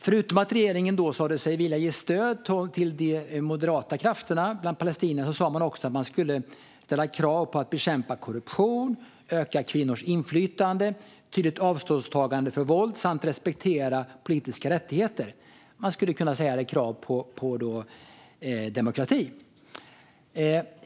Förutom att regeringen då sa sig vilja ge stöd till de moderata krafterna i Palestina skulle man också ställa krav på att Palestina skulle bekämpa korruption, öka kvinnors inflytande, ta tydligt avstånd från våld och respektera politiska rättigheter. Vi skulle kunna kalla det krav på demokrati.